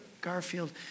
Garfield